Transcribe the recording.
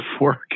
work